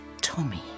Tommy